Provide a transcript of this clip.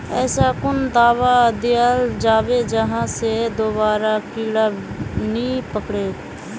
ऐसा कुन दाबा दियाल जाबे जहा से दोबारा कीड़ा नी पकड़े?